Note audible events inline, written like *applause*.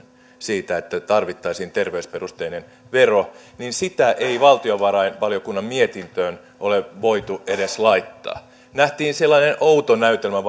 siitä että tarvittaisiin terveysperusteinen vero niin sitä ei valtiovarainvaliokunnan mietintöön ole voitu edes laittaa nähtiin sellainen outo näytelmä *unintelligible*